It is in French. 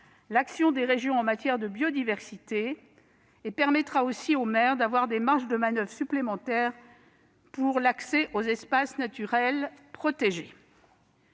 l'action des régions en matière de biodiversité et permettra aux maires d'avoir des marges de manoeuvre supplémentaires pour réglementer l'accès aux espaces naturels protégés.